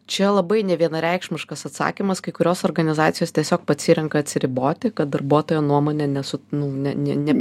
čia labai nevienareikšmiškas atsakymas kai kurios organizacijos tiesiog pasirenka atsiriboti kad darbuotojo nuomonė nesu nu ne ne